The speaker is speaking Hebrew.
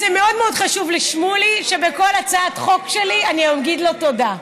זה מאוד מאוד חשוב לשמולי שבכל הצעת חוק שלי אני אגיד לו תודה.